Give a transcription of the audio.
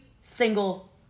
single